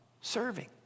serving